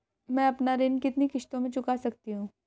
मैं अपना ऋण कितनी किश्तों में चुका सकती हूँ?